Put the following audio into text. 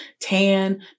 tan